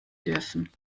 dürfen